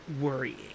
worrying